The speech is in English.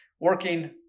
working